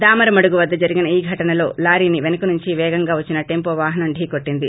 దామరమడుగు వద్ద జరిగిన ఈ ఘటనలో లారీని పెనుకనుంచి పేగంగా వచ్చిన టెంపో వాహనం ఢీ కొట్టింది